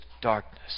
darkness